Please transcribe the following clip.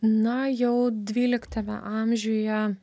na jau dvyliktame amžiuje